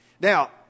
Now